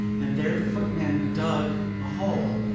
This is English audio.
and there the footman dug a hole,